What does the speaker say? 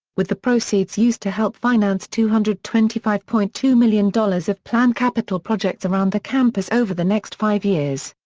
with the proceeds used to help finance two hundred and twenty five point two million dollars of planned capital projects around the campus over the next five years.